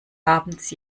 abends